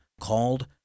called